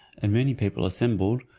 and many people assembled,